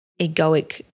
egoic